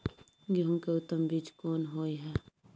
गेहूं के उत्तम बीज कोन होय है?